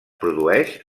produeix